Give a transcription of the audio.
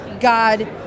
God